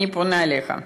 אני פונה אליך,